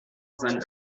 than